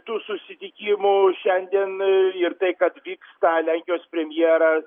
tų susitikimų šiandien ir tai kad vyksta lenkijos premjeras